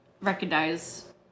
recognize